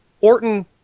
Orton